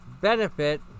benefit